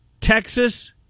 Texas